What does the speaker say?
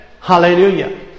Hallelujah